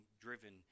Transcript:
driven